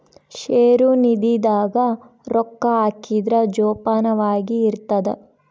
ಷೇರು ನಿಧಿ ದಾಗ ರೊಕ್ಕ ಹಾಕಿದ್ರ ಜೋಪಾನವಾಗಿ ಇರ್ತದ